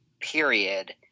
Period